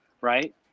right